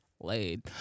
laid